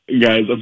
Guys